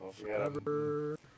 forever